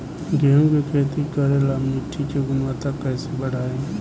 गेहूं के खेती करेला मिट्टी के गुणवत्ता कैसे बढ़ाई?